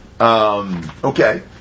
Okay